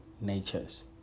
natures